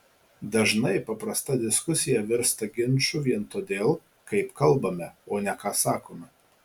dažnai paprasta diskusija virsta ginču vien todėl kaip kalbame o ne ką sakome